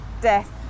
death